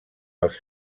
els